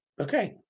Okay